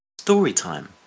Storytime